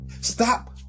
stop